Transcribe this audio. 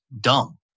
dumb